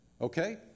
okay